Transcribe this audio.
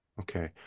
Okay